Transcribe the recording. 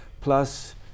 Plus